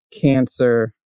cancer